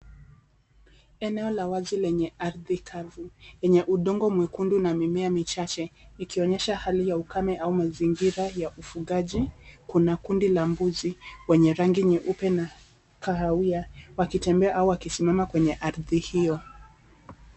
Eneo la wazi lenye ardhi kavu yenye udongo mwekundu na mimea michache ikionyesha hali ya ukame au mazingira ya ufungaji. Kuna kundi la mbuzi wenye rangi nyeupe na kahawia wakitembea au wakisimama kwenye ardhi hiyo.